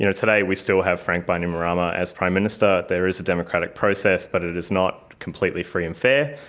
you know today we still have frank bainimarama as prime minister. there is a democratic process but it it is not completely free and fair,